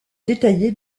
détaillé